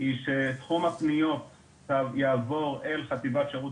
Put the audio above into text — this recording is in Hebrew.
היא שתחום הפניות יעבור אל חטיבת שירות